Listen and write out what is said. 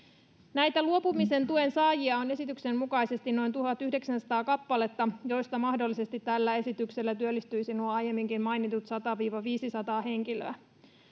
näitä luopumistuen saajia on esityksen mukaisesti noin tuhatyhdeksänsataa kappaletta joista mahdollisesti tällä esityksellä työllistyisivät nuo aiemminkin mainitut sata viiva viisisataa henkilöä